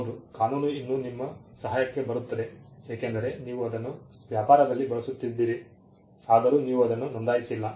ಹೌದು ಕಾನೂನು ಇನ್ನೂ ನಿಮ್ಮ ಸಹಾಯಕ್ಕೆ ಬರುತ್ತದೆ ಏಕೆಂದರೆ ನೀವು ಅದನ್ನು ವ್ಯಾಪಾರದಲ್ಲಿ ಬಳಸುತ್ತಿದ್ದೀರಿ ಆದರೂ ನೀವು ಅದನ್ನು ನೋಂದಾಯಿಸಿಲ್ಲ